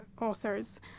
authors